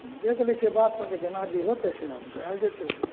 देख लै छियै बात कऽ कऽ जेना जे होतै से आब जायल जेत्तै